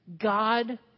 God